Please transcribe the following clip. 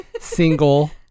single